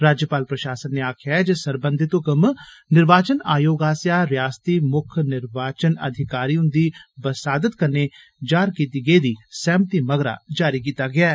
राज्यपाल प्रशासन नै आक्खेआ ऐ जे सरबंधत हुक्म निर्वाचन आयोग आस्सेआ रियासती मुक्ख निर्वाचन अधिकारी हुन्दी बसादत कन्नै जाहिर कीती गेदी सैहमती मगरा जारी कीता गेआ ऐ